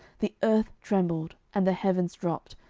the earth trembled, and the heavens dropped,